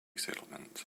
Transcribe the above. settlements